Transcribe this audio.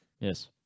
Yes